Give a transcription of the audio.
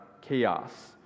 chaos